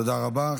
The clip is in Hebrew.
תודה רבה.